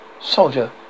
Soldier